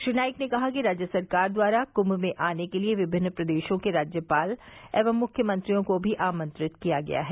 श्री नाईक ने कहा कि राज्य सरकार द्वारा कुंभ में आने के लिये विभिन्न प्रदेशों के राज्यपाल एवं मुख्यमंत्रियों को भी आमंत्रित किया गया है